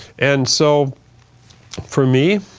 and so for me,